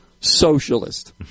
socialist